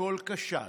הכול כשל.